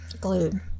Glued